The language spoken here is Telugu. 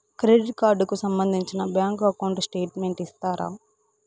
క్రెడిట్ కార్డు కు సంబంధించిన బ్యాంకు అకౌంట్ స్టేట్మెంట్ ఇస్తారా?